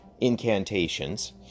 Incantations